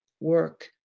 work